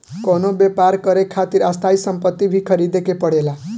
कवनो व्यापर करे खातिर स्थायी सम्पति भी ख़रीदे के पड़ेला